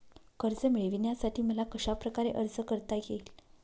कर्ज मिळविण्यासाठी मला कशाप्रकारे अर्ज करता येईल?